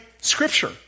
scripture